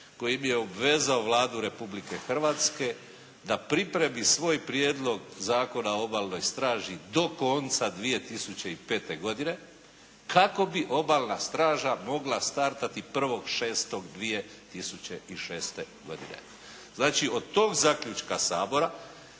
kojim je obvezao Vladu Republike Hrvatske da pripremi svoj Prijedlog Zakona o Obalnoj straži do konca 2005. godine kako bi Obalna straža mogla startati 1.6.2006. godine. Znači od tog zaključka Sabora